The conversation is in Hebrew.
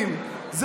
פשוט תתגייס למשטרה.